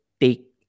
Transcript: take